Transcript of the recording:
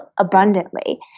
abundantly